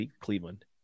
Cleveland